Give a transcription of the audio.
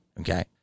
Okay